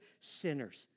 sinners